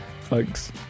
Thanks